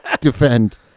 defend